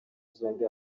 zombi